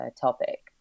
topic